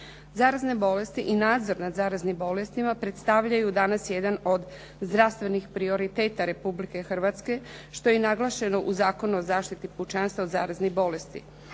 Zarazne bolesti i nadzor nad zaraznim bolestima predstavljaju danas jedan od zdravstvenih prioriteta Republike Hrvatske, što je naglašeno u Zakonu o zaštiti pučanstva od zaraznih bolesti.